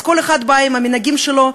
וכל אחד בא עם המנהגים שלו.